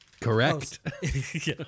Correct